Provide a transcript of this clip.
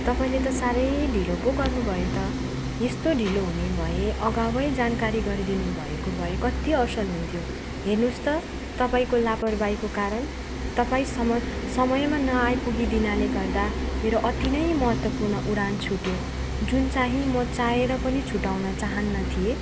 तपाईँले त साह्रै ढिलो पो गर्नुभयो त यस्तो ढिलो हुने भए अगावै जानकारी गरिदिनु भएको भए कत्ति असल हुन्थ्यो हेर्नुहोस् त तपाईँको लापरवाहीको कारण तपाईँ समय समयमा नआइपुगी दिनाले गर्दा मेरो अति नै महत्त्वपूर्ण उडान छुट्यो जुन चाहिँ म चाहेर पनि छुटाउन चाहन्न थिएँ